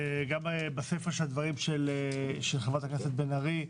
גם לסיפה של הדברים של חברת הכנסת בן ארי.